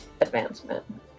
advancement